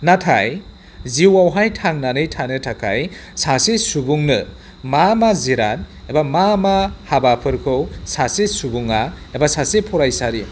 नाथाय जिउआवहाय थांनानै थानो थाखाय सासे सुबुंनो मा मा जिराद एबा मा मा हाबाफोरखौ सासे सुबुङा एबा फरायसा